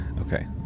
Okay